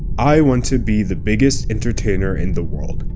i want to be the biggest entertainer in the world.